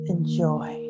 Enjoy